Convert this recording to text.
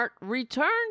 returned